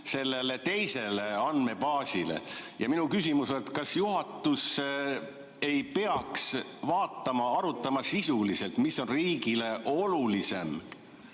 sellele teisele andmebaasile. Minu küsimus on, kas juhatus ei peaks vaatama, arutama sisuliselt, mis on riigile olulisem.